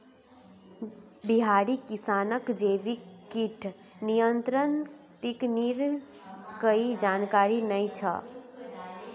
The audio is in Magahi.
बिहारी किसानक जैविक कीट नियंत्रण तकनीकेर कोई जानकारी नइ छ